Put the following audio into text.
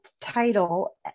title